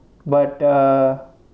but err